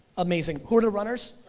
amazing, who are the runners?